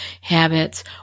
habits